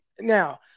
Now